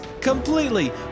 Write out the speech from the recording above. Completely